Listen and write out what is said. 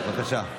בבקשה.